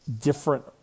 different